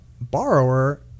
borrower